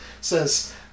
says